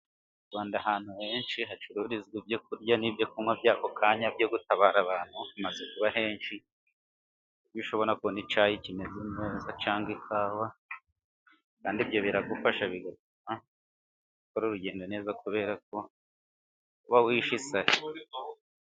Mu Rwanda ahantu henshi hacururizwa ibyo kurya n'ibyo kunywa by'ako kanya, byo gutabara abantu hamaze kuba henshi, ku buryo ushobora kubona icyayi kimeze neza cyangwa ikawa, kandi ibyo biragufasha bigatuma ukora urugendo neza, kubera ko uba wishe isari.